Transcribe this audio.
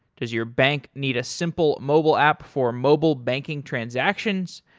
does your bank need a simple mobile app for mobile banking transactions?